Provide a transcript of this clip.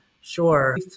Sure